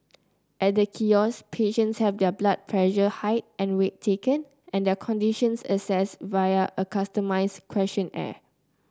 at the kiosk patients have their blood pressure height and weight taken and their conditions assessed via a customised questionnaire